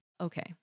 Okay